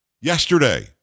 yesterday